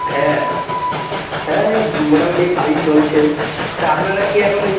হ্যাঁ হ্যাঁ এই মোটামোটি ভালোই চলছে তা আপনারা কি এখন ওই